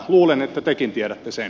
luulen että tekin tiedätte sen